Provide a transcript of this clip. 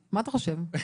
(מס' 4),